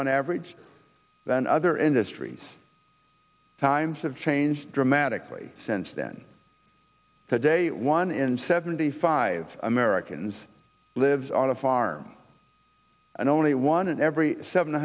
on average than other industries times have changed dramatically since then that day one in seventy five americans lives on a farm and only one in every seven